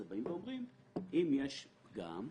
שאם יש פגם,